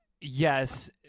yes